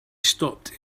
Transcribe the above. stopped